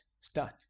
start